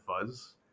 fuzz